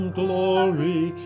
glory